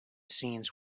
scenes